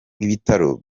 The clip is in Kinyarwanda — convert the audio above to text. ibitaro